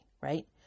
right